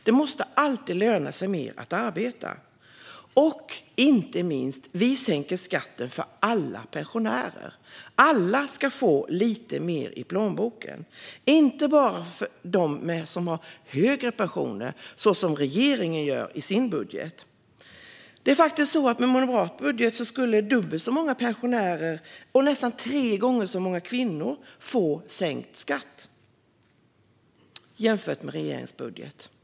Det måste alltid löna sig mer att arbeta. Inte minst sänker vi skatten för alla pensionärer. Alla ska få lite mer i plånboken, inte bara de som har högre pensioner, som med regeringens budget. Den moderata budgeten skulle faktiskt ge dubbelt så många pensionärer och nästan tre gånger så många kvinnor sänkt skatt jämfört med regeringens budget.